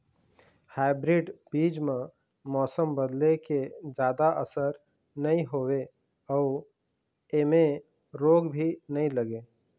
hybrid बीज म मौसम बदले के जादा असर नई होवे अऊ ऐमें रोग भी नई लगे